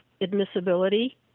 admissibility